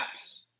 apps